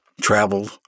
travel